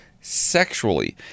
sexually